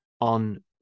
on